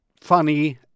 funny